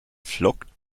flockt